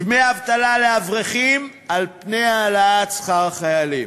דמי אבטלה לאברכים על-פני העלאת שכר החיילים,